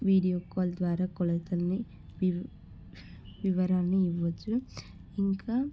video call ద్వారా కొలతలని వివరాలని ఇవ్వవచ్చు ఇంకా